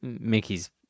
Mickey's